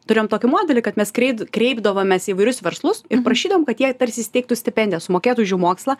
tuėjom tokį modelį kad mes kreip kreipdavomės į įvairius verslus ir prašydavom kad jie tarsi įsteigtų stipendijų sumokėtų už jų mokslą